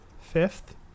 fifth